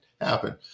happen